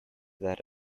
that